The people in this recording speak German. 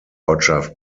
ortschaft